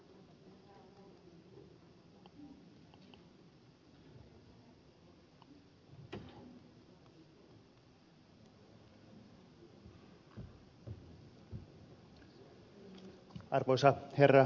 arvoisa herra puhemies